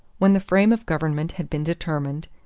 when the frame of government had been determined,